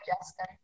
Justin